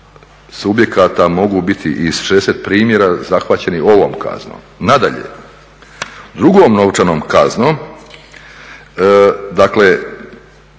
subjekata mogu biti i 60 primjera zahvaćeni ovom kaznom. Nadalje, drugom novčanom kaznom dakle